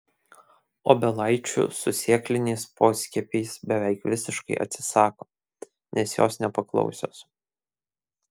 obelaičių su sėkliniais poskiepiais beveik visiškai atsisako nes jos nepaklausios